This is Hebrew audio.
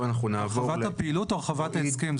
הרחבת הפעילות או הרחבת ההסכם?